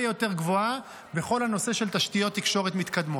יותר גבוהה בכל הנושא של תשתיות תקשורת מתקדמות.